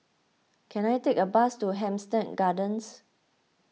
can I take a bus to Hampstead Gardens